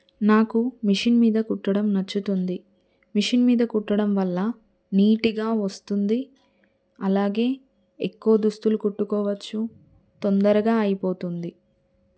నాకు మిషన్ మీద కుట్టడం నచ్చుతుంది మిషన్ మీద కుట్టడం వల్ల నీట్గా వస్తుంది అలాగే ఎక్కువ దుస్తులు కుట్టుకోవచ్చు తొందరగా అయిపోతుంది